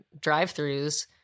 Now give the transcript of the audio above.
drive-throughs